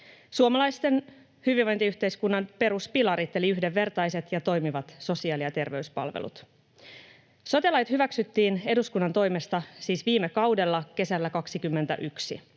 suomalaisen hyvinvointiyhteiskunnan peruspilarit eli yhdenvertaiset ja toimivat sosiaali- ja terveyspalvelut. Sote-lait hyväksyttiin eduskunnan toimesta siis viime kaudella kesällä 21.